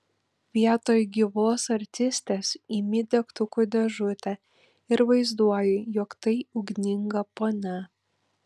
vietoj gyvos artistės imi degtukų dėžutę ir vaizduoji jog tai ugninga ponia